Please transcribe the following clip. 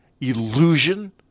illusion